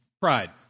Pride